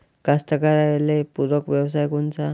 कास्तकाराइले पूरक व्यवसाय कोनचा?